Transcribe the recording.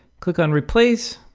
click on replace,